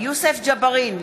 יוסף ג'בארין,